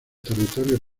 territorios